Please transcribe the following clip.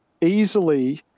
easily